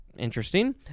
Interesting